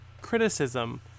criticism